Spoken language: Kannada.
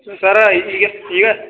ಸ್ ಸರ ಈಗ ಈಗಿನ ಈಗ